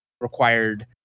required